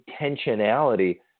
intentionality